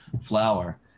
flower